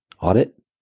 audit